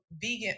vegan